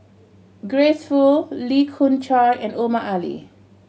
Grace Fu Lee Khoon Choy and Omar Ali